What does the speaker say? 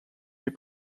les